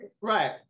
Right